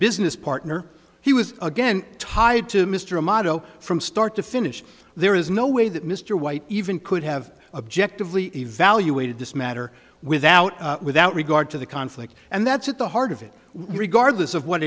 business partner he was again tied to mr a motto from start to finish there is no way that mr white even could have objective lee evaluated this matter without without regard to the conflict and that's at the heart of it regardless of what